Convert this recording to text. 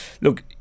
look